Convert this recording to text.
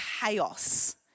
chaos